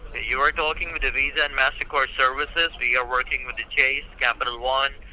you are talking to visa and mastercard services. we are working with chase, capital one,